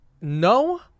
no